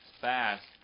fast